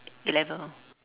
A-level